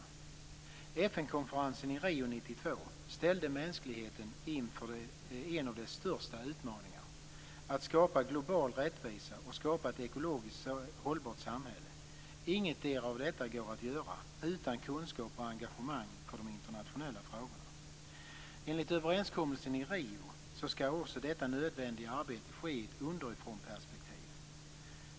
FN-konferensen i Rio 1992 ställde mänskligheten inför en av dess största utmaningar; att skapa global rättvisa och ett ekologiskt hållbart samhälle. Inget av detta går att göra utan kunskap och engagemang för de internationella frågorna. Enligt överenskommelsen i Rio skall också detta nödvändiga arbete ske i ett underifrånperspektiv.